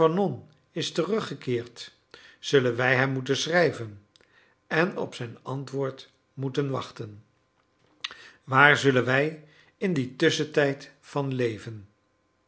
is teruggekeerd zullen wij hem moeten schrijven en op zijn antwoord moeten wachten waar zullen wij in dien tusschentijd van leven